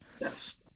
Yes